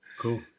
Cool